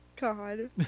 God